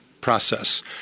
process